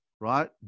right